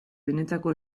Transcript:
benetako